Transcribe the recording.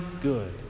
good